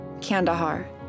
Kandahar